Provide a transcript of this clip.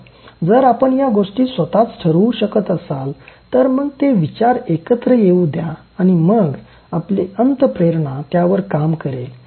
पण जर आपण या गोष्टी स्वतःच ठरवू शकत असाल तर मग ते विचार एकत्र येवूद्या आणि मग आपली अंतःप्रेरणा त्यावर काम करेल